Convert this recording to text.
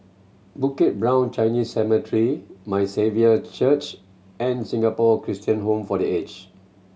Bukit Brown Chinese Cemetery My Saviour Church and Singapore Christian Home for The Aged